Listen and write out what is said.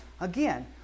Again